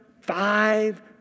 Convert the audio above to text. five